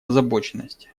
озабоченности